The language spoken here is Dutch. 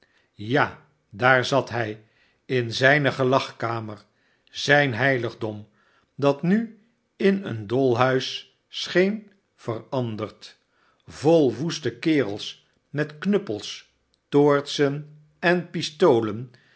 d f zat hi j in zi j ne gelagkamer zijn heiligdom dat nu in een dolhuis scheen veranderd vol woeste kerels met knuppels etm a en pistoien